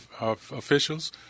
officials